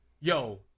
yo